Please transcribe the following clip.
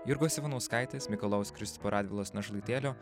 jurgos ivanauskaitės mikalojaus kristupo radvilos našlaitėlio